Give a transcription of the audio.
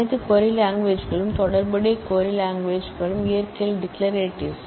அனைத்து க்வரி லாங்குவேஜ்களும் தொடர்புடைய க்வரி லாங்குவேஜ்களும் நாச்சுரலி டிக்ளரேட்டிவ்